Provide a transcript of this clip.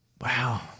Wow